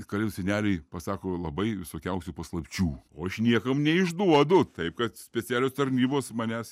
kalėdų seneliui pasako labai visokiausių paslapčių o aš niekam neišduodu taip kad specialios tarnybos manęs